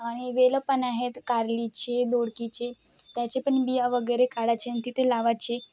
आणि वेल पण आहेत कारलीचे दोडकीचे त्याचे पण बिया वगैरे काढाचे आणि तिथे लावायचे